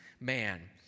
man